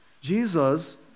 Jesus